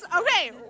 Okay